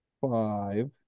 five